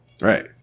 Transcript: right